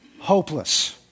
hopeless